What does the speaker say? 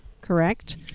correct